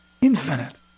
infinite